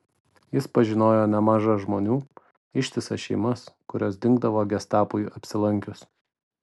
jis pažinojo nemaža žmonių ištisas šeimas kurios dingdavo gestapui apsilankius